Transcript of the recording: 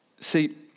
See